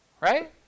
right